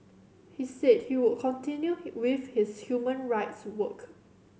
he said he would continue with his human rights work